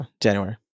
January